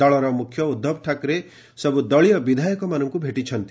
ଦଳର ମ୍ରଖ୍ୟ ଉଦ୍ଧବ ଠାକରେ ସବୁ ଦଳୀୟ ବିଧାୟକମାନଙ୍କୁ ଭେଟିଛନ୍ତି